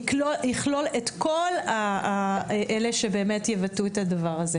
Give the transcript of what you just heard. זה יכלו את כל אלה שבאמת יבטאו את הדבר הזה.